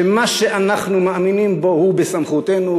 שמה שאנחנו מאמינים בו הוא בסמכותנו,